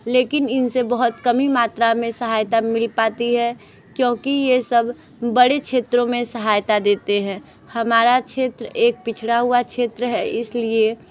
लेकिन इन से बहुत कम ही मात्रा में सहायता मिल पाती है क्योंकि यह सब बड़े क्षेत्रों में सहायता देते हैं हमारा क्षेत्र एक पिछड़ा हुआ क्षेत्र है इस लिए